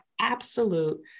absolute